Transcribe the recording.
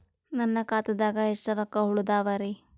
ನನ್ನ ಖಾತಾದಾಗ ಎಷ್ಟ ರೊಕ್ಕ ಉಳದಾವರಿ?